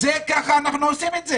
ככה אנחנו עושים את זה